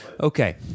Okay